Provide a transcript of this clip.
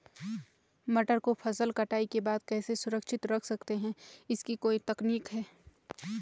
मटर को फसल कटाई के बाद कैसे सुरक्षित रख सकते हैं इसकी कोई तकनीक है?